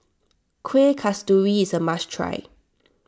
Kuih Kasturi is a must try